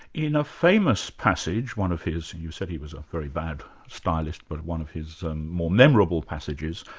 in a famous passage, one of his, you said he was a very bad stylist, but one of his more memorable passages,